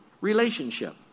relationship